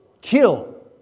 kill